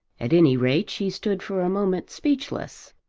at any rate she stood for a moment speechless.